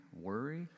worry